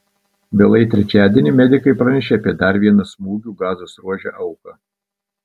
vėlai trečiadienį medikai pranešė apie dar vieną smūgių gazos ruože auką